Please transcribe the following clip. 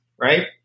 right